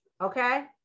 Okay